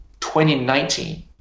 2019